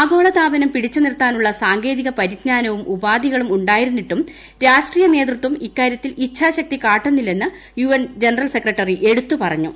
ആഗോള താപനം പിടിച്ച് നിർത്താനുള്ള സാങ്കേതിക പരിജ്ഞാനവും ഉപാധികളും ഉണ്ടായിരുന്നിട്ടും രാഷ്ട്രീയ നേതൃത്വം ഇക്കാര്യത്തിൽ ഇച്ഛാശക്തി കാട്ടുന്നില്ലെന്ന് യു എൻ ജനറൽ സെക്രട്ടറി എടുത്തുപറഞ്ഞു